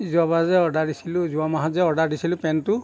যোৱবাৰ যে অৰ্ডাৰ দিছিলোঁ যোৱা মাহত যে অৰ্ডাৰ দিছিলোঁ পেণ্টটো